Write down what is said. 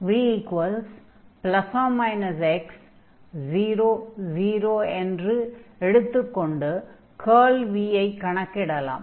v±x00 என்று எடுத்துக் கொண்டு கர்ல் v ஐ கணக்கிடலாம்